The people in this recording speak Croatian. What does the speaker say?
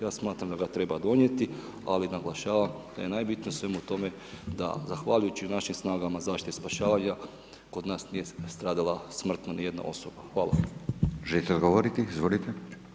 Ja smatram da ga treba donijeti ali naglašavam da je najbitnije u svemu tome da zahvaljujući našim snagama zaštite i spašavanja kod nas nije stradala smrtno ni jedna osoba.